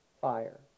fire